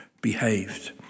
behaved